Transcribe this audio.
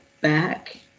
back